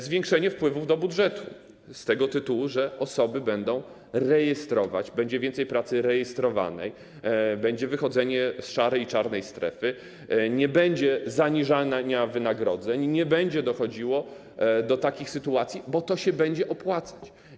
Zwiększenie wpływów do budżetu z tego tytułu, że osoby będą się rejestrować, będzie więcej pracy rejestrowanej, będzie wychodzenie z szarej i czarnej strefy, nie będzie zaniżania wynagrodzeń, nie będzie dochodziło do takich sytuacji, bo to się będzie opłacać.